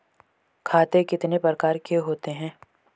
खाते कितने प्रकार के होते हैं?